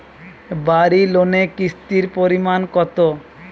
বাড়ি লোনে কিস্তির পরিমাণ কত?